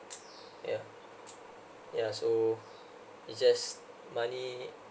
yeah yeah so it's just money